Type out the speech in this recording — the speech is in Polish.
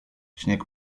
śnieg